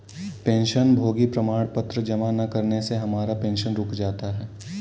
पेंशनभोगी प्रमाण पत्र जमा न करने से हमारा पेंशन रुक जाता है